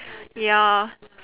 ya